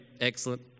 excellent